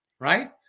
right